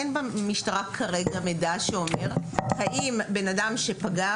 אין במשטרה כרגע מידע שאומר האם בן אדם שפגע